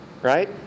right